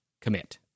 Commit